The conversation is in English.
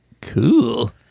cool